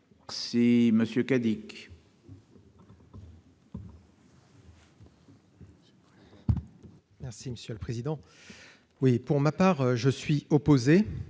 Si Monsieur K. Dick. Merci monsieur le président, oui, pour ma part, je suis opposé